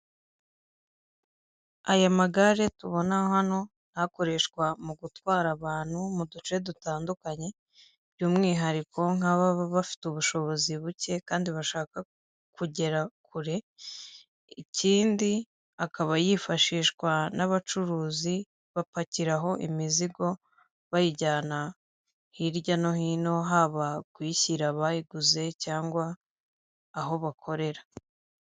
Aya magare tubona hano ni akoreshwa mu gutwara abantu mu duce dutandukanye by'umwihariko nk'aba bafite ubushobozi buke kandi bashaka kugera kure, ikindi akaba yifashishwa n'abacuruzi bapakiraho imizigo bayijyana hirya no hino haba kuyishyira bayiguze cyangwa aho bakorera.